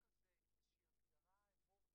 משרד העבודה